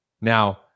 Now